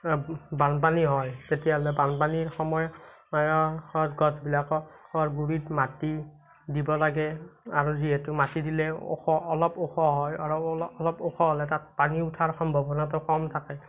বানপানী হয় তেতিয়াহ'লে বানপানীৰ সময়ত গছবিলাকৰ গুড়িত মাটি দিব লাগে আৰু যিহেতু মাটি দিলে ওখ অলপ ওখ হয় অলপ অলপ ওখ হ'লে তাত পানী উঠাৰ সম্ভাৱনাটো কম থাকে